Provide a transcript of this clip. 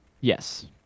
Yes